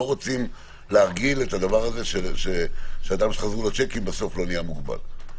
רוצים להרגיל את הדבר הזה שאדם שחזרו לו שיקים בסוף לא נהיה מוגבל.